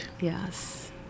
Yes